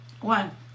One